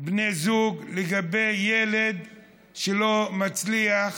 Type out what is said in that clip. בני זוג, לגבי ילד שלא מצליח